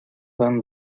tan